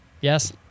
Yes